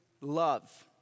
love